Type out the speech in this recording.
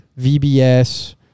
VBS